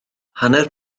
hanner